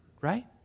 right